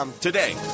Today